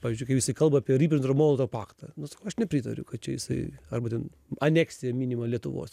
pavyzdžiui kai visi kalba apie ribentropo molotovo paktą nu sakau aš nepritariu kad čia jisai arba ten aneksija minima lietuvos